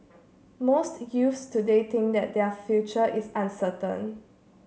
most youths today think that their future is uncertain